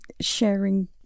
sharing